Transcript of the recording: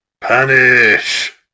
punish